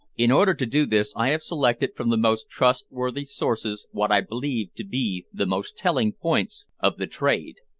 in order to do this i have selected from the most trustworthy sources what i believe to be the most telling points of the trade,